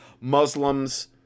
Muslims